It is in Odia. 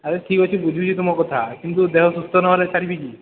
ଆରେ ଠିକ ଅଛି ବୁଝୁଛି ତୁମ କଥା କିନ୍ତୁ ଦେହ ସୁସ୍ଥ ନହେଲେ ଛାଡ଼ିବି କି